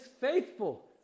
faithful